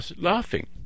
laughing